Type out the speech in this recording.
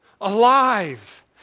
alive